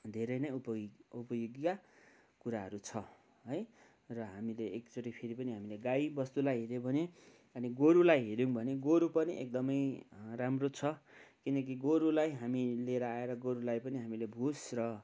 धेरै नै उपयो उपयोगीका कुराहरू छ है र हामीले एकचोटि फेरि पनि हामीले गाईबस्तुलाई हेऱ्यो भने अनि गोरूलाई हेऱ्यौँ भने गोरू पनि एकदमै राम्रो छ किनकि गोरूलाई हामी लिएर आएर गोरूलाई पनि हामीले भुस र